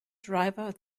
driver